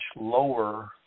lower